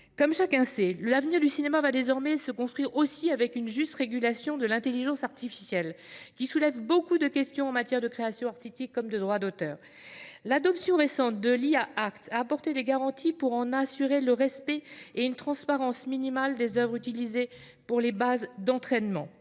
Comme chacun le sait, l’avenir du cinéma va désormais se construire aussi autour d’une juste régulation de l’intelligence artificielle, qui soulève beaucoup de questions en matière de création artistique comme de droit d’auteur. L’adoption récente de l’a apporté des garanties de respect et de transparence minimale s’agissant des œuvres utilisées pour les bases d’entraînement.